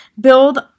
build